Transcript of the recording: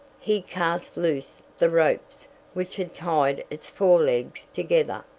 he cast loose the ropes which had tied its fore-legs together.